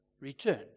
return